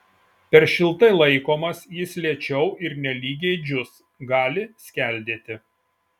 per šiltai laikomas jis lėčiau ir nelygiai džius gali skeldėti